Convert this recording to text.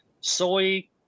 Soy